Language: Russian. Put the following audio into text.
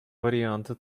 варианты